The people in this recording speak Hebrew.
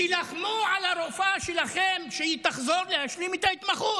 דמוקרטיה נוסח בן גביר.